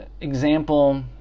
example